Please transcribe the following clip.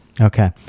Okay